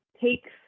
takes